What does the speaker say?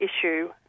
issue